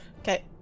Okay